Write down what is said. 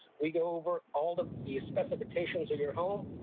we go over all the the specifications of your home,